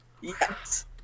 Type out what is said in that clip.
Yes